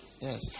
Yes